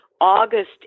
August